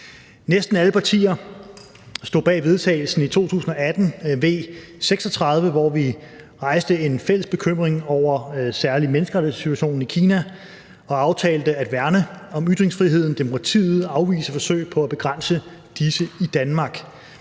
vedtagne forslag til vedtagelse i 2018, V 36, hvor vi rejste en fælles bekymring om særlig menneskerettighedssituationen i Kina og aftalte at værne om ytringsfriheden og demokratiet og afvise forsøg på at begrænse disse i Danmark.